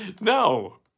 no